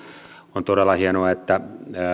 on todella hienoa että